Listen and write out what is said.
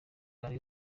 rayon